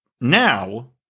now